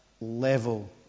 level